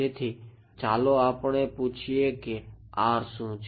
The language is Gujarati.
તેથી ચાલો આપણે પૂછીએ કે R શું છે